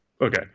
Okay